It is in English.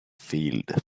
field